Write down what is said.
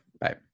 Bye